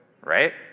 Right